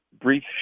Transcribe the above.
brief